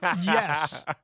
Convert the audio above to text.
Yes